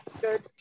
good